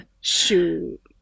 Shoot